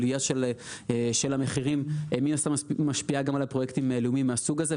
עלייה של המחירים שמן הסתם משפיעה גם על פרויקטים לאומיים מהסוג הזה,